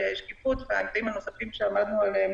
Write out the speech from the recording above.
שקיפות והאמצעים הנושאים שעמדנו עליהם.